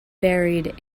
buried